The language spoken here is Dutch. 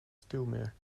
stuwmeer